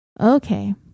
Okay